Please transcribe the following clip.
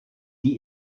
die